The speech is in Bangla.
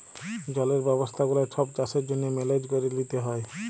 জলের ব্যবস্থা গুলা ছব চাষের জ্যনহে মেলেজ ক্যরে লিতে হ্যয়